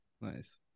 Nice